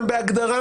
בהגדרה,